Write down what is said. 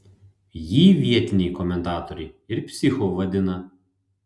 jį vietiniai komentatoriai ir psichu vadina